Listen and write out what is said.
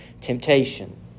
temptation